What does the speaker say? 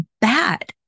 bad